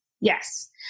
yes